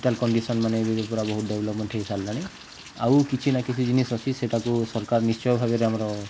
hospital condition ମାନେ ଏବେ ପୁରା ବହୁତ ଡେଭଲପମେଣ୍ଟ ହେଇସାରିଲାଣି ଆଉ କିଛି ନା କିଛି ଜିନିଷ ଅଛି ସେଇଟାକୁ ସରକାର ନିଶ୍ଚୟ ଭାବରେ ଆମର